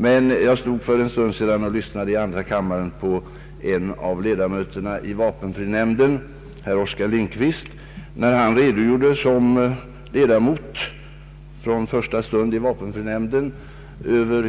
Jag stod emellertid för en stund sedan i andra kammaren och lyssnade till en av ledamöterna i vapenfrinämnden, herr Oskar Lindkvist, när han redogjorde för